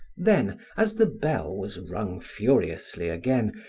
then, as the bell was rung furiously again,